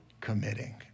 committing